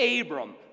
Abram